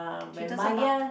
she doesn't bark